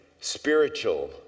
spiritual